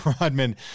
rodman